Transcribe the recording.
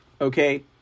okay